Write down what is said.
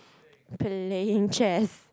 playing chess